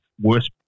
worse